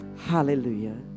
hallelujah